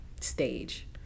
stage